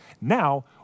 Now